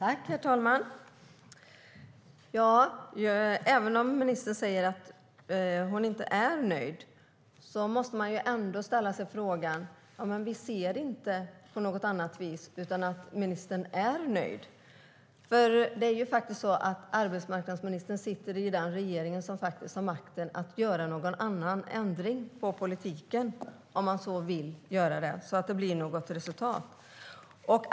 Herr talman! Även om ministern säger att hon inte är nöjd måste man undra, för vi ser det inte på något annat sätt än att ministern är nöjd. Arbetsmarknadsministern sitter i den regering som har makten att göra en ändring på politiken, om man vill göra det, så att det blir något resultat.